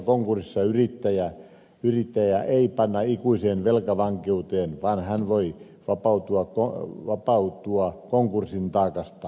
henkilökohtaisessa konkurssissa yrittäjää ei panna ikuiseen velkavankeuteen vaan hän voi vapautua konkurssin taakasta